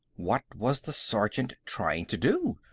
what was the sergeant trying to do?